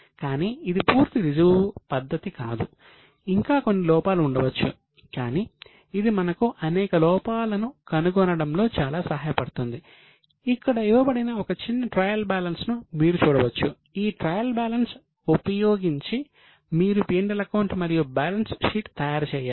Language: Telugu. కానీ ఇది పూర్తి రుజువు పద్ధతి కాదు ఇంకా కొన్ని లోపాలు ఉండవచ్చు కానీ ఇది మనకు అనేక లోపాలను కనుగొనడంలో చాలా సహాయపడుతుంది ఇక్కడ ఇవ్వబడిన ఒక చిన్న ట్రయల్ బ్యాలెన్స్ ఉపయోగించి మీరు P L అకౌంట్ మరియు బ్యాలెన్స్ షీట్ తయారు చేయాలి